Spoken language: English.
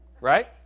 Right